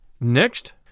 Next